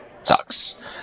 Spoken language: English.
sucks